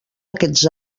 aquests